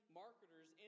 marketers